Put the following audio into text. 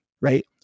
Right